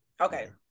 okay